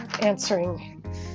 answering